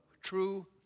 true